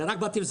זה רק בתפזורות.